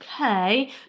Okay